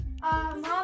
Mom